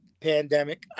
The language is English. pandemic